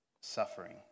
suffering